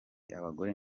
abagore